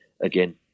again